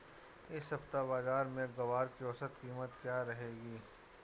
इस सप्ताह बाज़ार में ग्वार की औसतन कीमत क्या रहेगी?